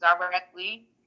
directly